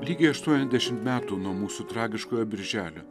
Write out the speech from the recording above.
lygiai aštuoniasdešimt metų nuo mūsų tragiškojo birželio